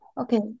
okay